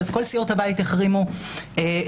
כל סיעות הבית החרימו אותו,